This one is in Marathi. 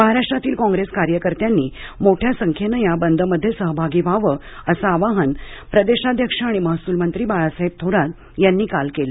महाराष्ट्रातील काँग्रेस कार्यकर्त्यांनी मोठ्या संख्येने या बंदमध्ये सहभागी व्हावे असे आवाहन प्रदेशाध्यक्ष आणि महसूलमंत्री बाळासाहेब थोरात यांनी काल केले